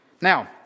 Now